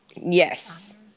yes